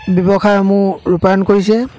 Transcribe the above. ব্যৱসায়সমূহ ৰূপায়ণ কৰিছে